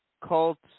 Colts